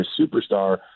superstar